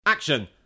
Action